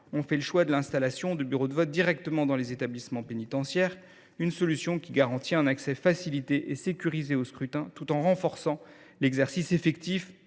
ont fait le choix d’installer des bureaux de vote dans les établissements pénitentiaires. Cette solution garantit un accès facilité et sécurisé au scrutin, tout en renforçant l’exercice effectif